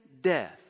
death